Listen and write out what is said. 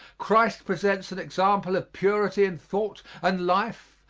christ presents an example of purity in thought and life,